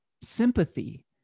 sympathy